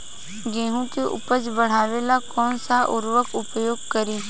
गेहूँ के उपज बढ़ावेला कौन सा उर्वरक उपयोग करीं?